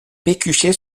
pécuchet